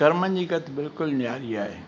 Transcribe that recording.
कर्मनि जी गत बिल्कुलु नियारी आहे